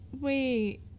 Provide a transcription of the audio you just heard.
Wait